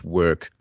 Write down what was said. work